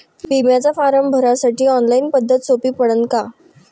बिम्याचा फारम भरासाठी ऑनलाईन पद्धत सोपी पडन का?